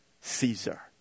Caesar